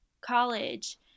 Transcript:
college